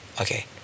Okay